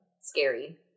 scary